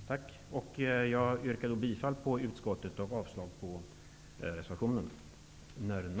Jag yrkar bifall till utskottets hemställan och avslag på reservationen.